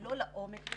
ולא לעומק,